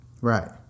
Right